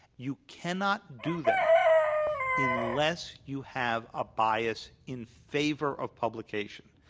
you cannot do that unless you have a bias in favor of publication,